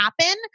happen